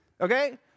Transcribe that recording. Okay